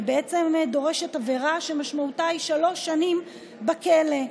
והיא דורשת עבירה שמשמעותה היא שלוש שנים בכלא.